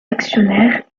actionnaires